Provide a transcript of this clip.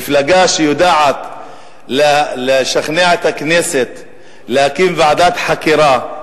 מפלגה שיודעת לשכנע את הכנסת להקים ועדת חקירה,